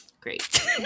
Great